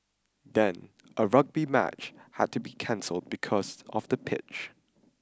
then a rugby match had to be cancelled because of the pitch